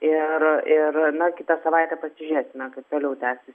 ir ir na kitą savaitę pasižiūrėsime kaip toliau tęsis